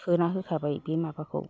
सोना होखाबाय बे माबाखौ